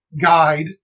guide